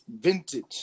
vintage